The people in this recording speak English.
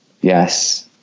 yes